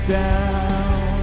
down